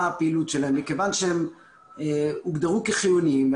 הפעילות שלהם מכיוון שהם הוגדרו כחיוניים,